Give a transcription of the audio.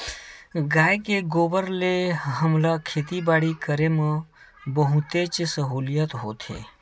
गाय के गोबर ले हमला खेती बाड़ी करे म बहुतेच सहूलियत होथे